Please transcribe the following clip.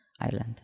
Ireland